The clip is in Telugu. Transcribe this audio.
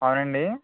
అవునండీ